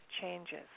changes